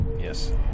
yes